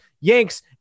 Yanks